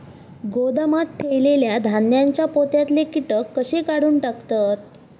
गोदामात ठेयलेल्या धान्यांच्या पोत्यातले कीटक कशे काढून टाकतत?